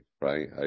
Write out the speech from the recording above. right